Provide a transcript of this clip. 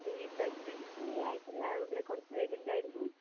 ഈ പ്രഗ്നൻസി ആയിട്ടുള്ള ഇവിടെ കുറച്ചു പേരുണ്ടായിരുന്നു